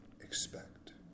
expect